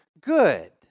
good